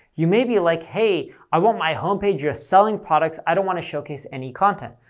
you may be like hey, i want my homepage just selling products, i don't want to showcase any content.